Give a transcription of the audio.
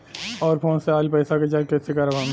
और फोन से आईल पैसा के जांच कैसे करब हम?